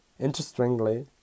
Interestingly